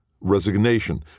Resignation